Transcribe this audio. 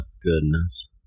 goodness